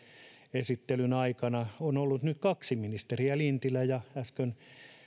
esittelyn aikana on ollut nyt kaksi ministeriä lintilä ja äsken